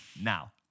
now